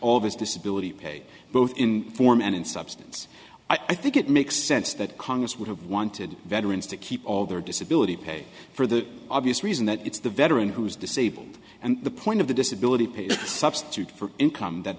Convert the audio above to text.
all of his disability pay both in form and in substance i think it makes sense that congress would have wanted veterans to keep all their disability pay for the obvious reason that it's the veteran who is disabled and the point of the disability pay a substitute for income that